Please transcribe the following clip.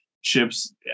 ships